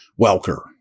Welker